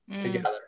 together